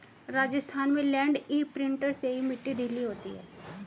राजस्थान में land imprinter से ही मिट्टी ढीली होती है